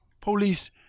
police